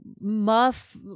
muff